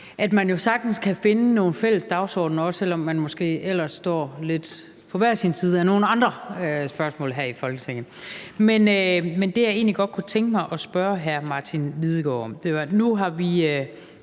at man jo sagtens kan finde nogle fælles dagsordener, også selv om man måske ellers står lidt på hver sin side af nogle andre spørgsmål her i Folketinget. Men det, jeg egentlig godt kunne tænke mig at spørge hr. Martin Lidegaard om,